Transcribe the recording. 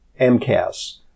MCAS